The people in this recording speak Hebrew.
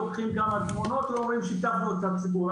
לוקחים כמה תמונות ואומרים שיתפנו את הציבור.